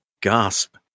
gasp